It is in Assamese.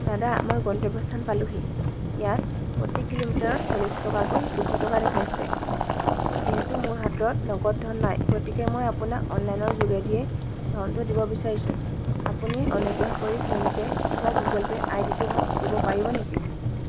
দাদা মই গন্তব্য স্থান পালোহি ইয়াত প্ৰতি কিলোমিটাৰত চল্লিছ টকাকৈ দুশ টকা দেখাইছে যিহেতু মোৰ হাতৰত নগদ ধন নাই গতিকে মই আপোনাক অনলাইনৰ যোগেদিয়েই ধনটো দিব বিচাৰিছোঁ আপুনি অনুগ্ৰহ কৰি ফোন পে' অথবা গুগল পে' আইডিটো মোক দিব পাৰিব নেকি